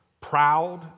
proud